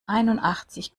einundachtzig